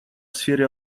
сфере